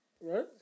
Right